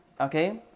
okay